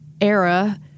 era